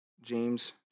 James